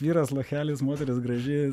vyras lochelis moteris graži